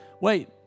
Wait